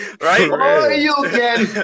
Right